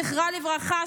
זכרה לברכה,